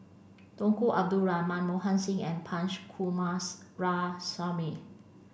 Tunku Abdul Rahman Mohan Singh and Punch Coomaraswamy